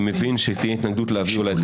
אני מבין שתהיה התנגדות להביא אולי את